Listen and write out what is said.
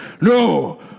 no